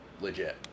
legit